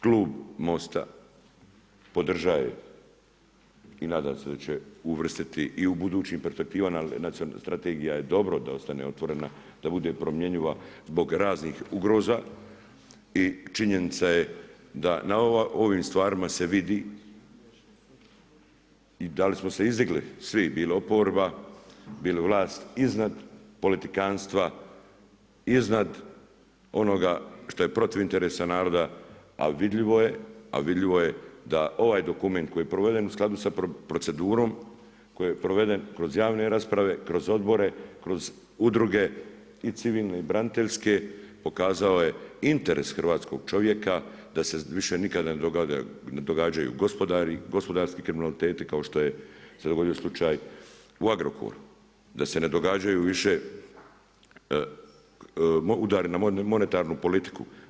Klub MOST-a podržava i nadam se uvrstiti i u budućim perspektivama, nacionalna strategija je dobro dostojna i otvorena da bude promjenjiva zbog raznih ugroza i činjenica je da na ovim stvarima se vidi i da li smo se izdigli, svi bili oporba bilo vlast iznad politikanstva, iznad onoga što je protiv interesa naroda, a vidljivo je da ovaj dokument koji je proveden u skladu sa procedurom koji je proveden kroz javne rasprave, kroz odbore, kroz udruge i civilne i braniteljske, pokazao je interes hrvatskog čovjeka da se više nikada ne događaju gospodarski kriminaliteti, kao što se dogodio slučaj u Agrokoru, da se ne događaju više udar na monetarnu politiku.